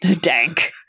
Dank